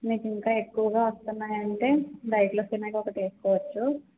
మీకింకా ఎక్కువగా వస్తున్నాయంటే డైక్లోఫెనాక్ ఒకటి వేసుకోచ్చు